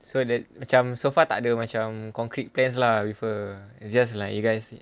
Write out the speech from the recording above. so that macam so far takde macam concrete plans lah with a it's just like you guys